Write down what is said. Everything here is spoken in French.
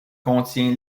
contient